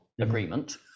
agreement